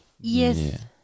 Yes